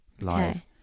live